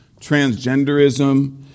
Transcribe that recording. transgenderism